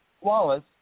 Wallace